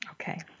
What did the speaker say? Okay